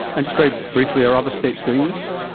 and just very briefly, are other states doing this?